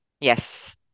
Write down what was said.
yes